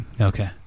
Okay